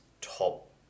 top